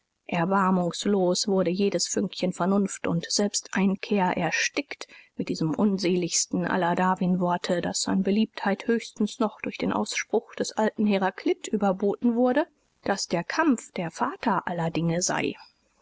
erbarmungslos wurde jedes fünkchen vernunft u selbsteinkehr erstickt mit diesem unseligsten aller darwin-worte das an beliebtheit höchstens noch durch den ausspruch des alten heraklit überboten wurde daß der kampf der vater aller dinge sei